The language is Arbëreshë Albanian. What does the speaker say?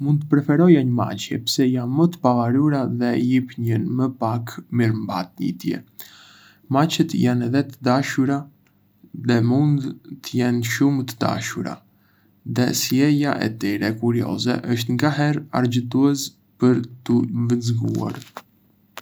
Mund të preferoja një mace pse janë më të pavarura dhe lîpënjën më pak mirëmbajtje. Macet janë edhé të dashura dhe mund të jenë shumë të dashura, dhe sjellja e tyre kurioze është ngaherë argëtuese për t'u vëzhguar.